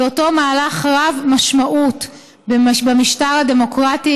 בהיותו מהלך רב-משמעות במשטר הדמוקרטי,